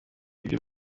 iby’u